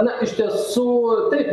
na iš tiesų taip